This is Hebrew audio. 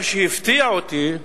מה שהפתיע אותי,